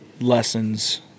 lessons